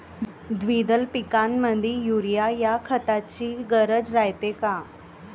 द्विदल पिकामंदी युरीया या खताची गरज रायते का?